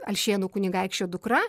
alšėnų kunigaikščio dukra